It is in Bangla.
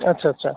আচ্ছা আচ্ছা